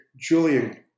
Julian